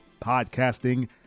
podcasting